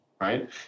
right